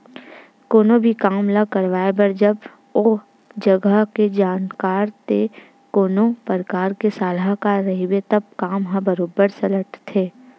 कोनो भी काम ल करवाए बर जब ओ जघा के जानकार ते कोनो परकार के सलाहकार रहिथे तब काम ह बरोबर सलटथे